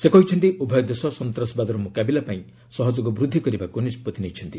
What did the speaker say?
ସେ କହିଛନ୍ତି ଉଭୟ ଦେଶ ସନ୍ତାସବାଦର ମୁକାବିଲା ପାଇଁ ସହଯୋଗ ବୃଦ୍ଧି କରିବାକୁ ନିଷ୍କଭି ନେଇଛନ୍ତି